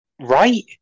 right